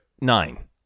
nine